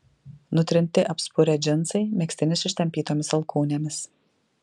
nutrinti apspurę džinsai megztinis ištampytomis alkūnėmis